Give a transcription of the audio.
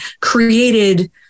created